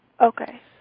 Okay